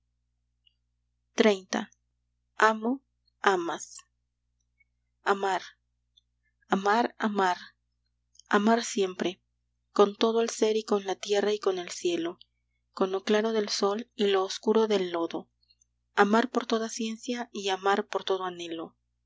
xxx amo amas amar amar amar amar siempre con todo el sér y con la tierra y con el cielo con lo claro del sol y lo oscuro del lodo amar por toda ciencia y amar por todo anhelo